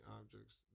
objects